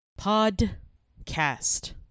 Podcast